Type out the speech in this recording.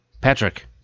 Patrick